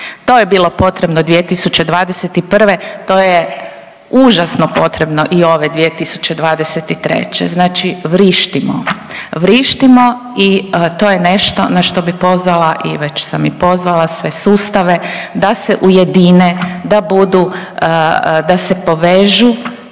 To je bilo potrebno 2021. to je užasno potrebno i ove 2023., znači vrištimo. Vrištimo i to je nešto na što bi pozvala i već sam i pozvala sve sustave da se ujedine da budu da se povežu